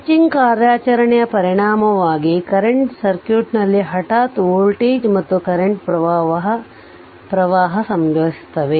switching ಕಾರ್ಯಾಚರಣೆಯ ಪರಿಣಾಮವಾಗಿ current circuit ನಲ್ಲಿ ಹಠಾತ್ ವೋಲ್ಟೇಜ್ ಮತ್ತು ಕರೆಂಟ್ ಪ್ರವಾಹ ಸಂಭವಿಸುತ್ತವೆ